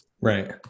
Right